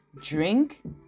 drink